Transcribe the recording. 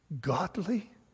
godly